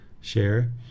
share